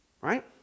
Right